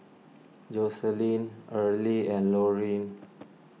Joycelyn Earlie and Lorine